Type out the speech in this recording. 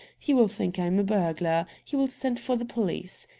he will think i am a burglar. he will send for the police.